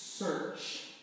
Search